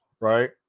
right